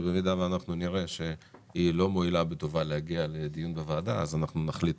אם נראה שהיא לא מואילה בטובה להגיע לדיון בוועדה אנחנו נחליט